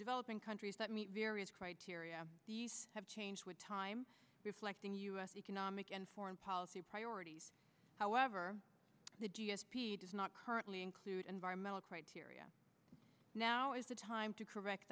developing countries that meet various criteria do you have change with time reflecting u s economic and foreign policy priorities however the d s p does not currently include environmental criteria now is the time to correct